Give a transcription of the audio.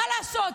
מה לעשות,